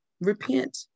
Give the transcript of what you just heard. repent